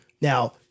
Now